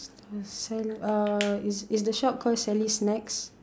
parcel (uh)is is the shop called Sally snacks